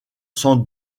sans